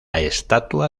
estatua